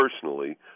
personally